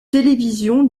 television